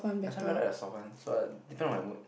ya some people like the soft one so like depend on my mood